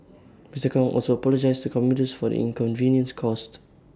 Mr Kong also apologised to commuters for the inconvenience caused